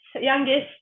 youngest